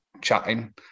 chatting